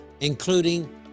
including